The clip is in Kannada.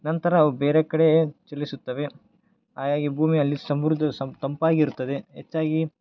ನಂತರ ಅವು ಬೇರೆ ಕಡೆ ಚಲಿಸುತ್ತವೆ ಹಾಗಾಗಿ ಭೂಮಿ ಅಲ್ಲಿ ಸಮೃದ್ಧ ಸಮ್ ತಂಪಾಗಿರುತ್ತದೆ ಹೆಚ್ಚಾಗಿ